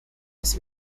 ist